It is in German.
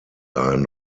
ein